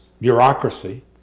bureaucracy